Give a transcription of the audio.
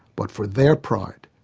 but for their pride,